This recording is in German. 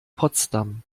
potsdam